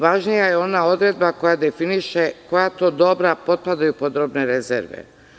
Važnija je ona odredba koja definiše koja to dobra potpadaju pod robne rezerve.